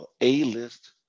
A-list